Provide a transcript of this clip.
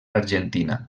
argentina